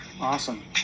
Awesome